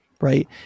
right